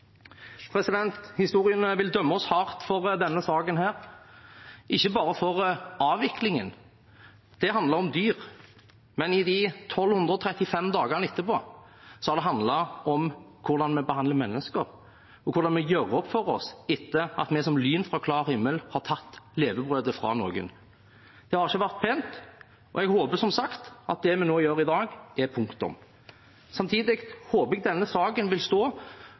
Historien vil dømme oss hardt for denne saken, og ikke bare for avviklingen. Det handlet om dyr, men i de 1 235 dagene etterpå har det handlet om hvordan vi behandler mennesker, og hvordan vi gjør opp for oss etter at vi som lyn fra klar himmel har tatt levebrødet fra noen. Det har ikke vært pent, og jeg håper som sagt at det vi gjør nå i dag, er punktum. Samtidig håper jeg denne saken vil stå